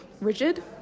rigid